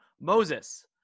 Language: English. Moses